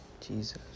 Jesus